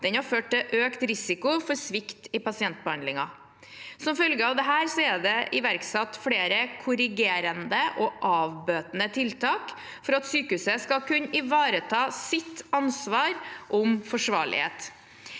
har ført til økt risiko for svikt i pasientbehandlingen. Som følge av dette er det iverksatt flere korrigerende og avbøtende tiltak for at sykehuset skal kunne ivareta sitt ansvar for forsvarlighet.